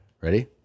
Ready